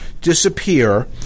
disappear